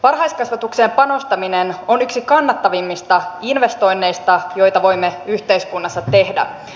varhaiskasvatukseen panostaminen on yksi kannattavimmista investoinneista joita voimme yhteiskunnassa tehdä